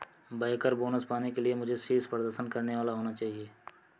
banker bonus पाने के लिए मुझे शीर्ष प्रदर्शन करने वाला होना चाहिए